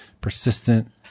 persistent